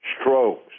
strokes